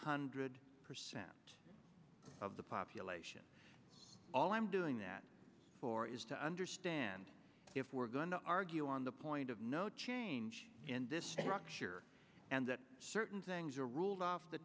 hundred percent of the population all i'm doing that for is to understand if we're going to argue on the point of no change in this structure and that certain things are ruled off the